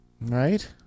Right